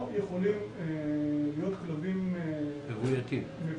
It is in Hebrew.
הם לא יכולים להיות כלבים מבויתים.